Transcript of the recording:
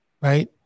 Right